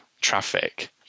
traffic